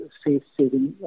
safe-saving